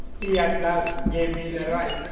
he at last gave me the right,